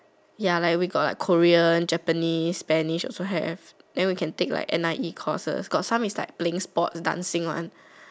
ya like we got like Korean Japanese Spanish also have then we can take like N_I_E courses got some is like playing sports dancing one